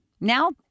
Now